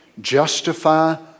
justify